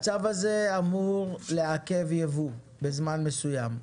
הצו הזה אמור לעכב יבוא בזמן מסוים.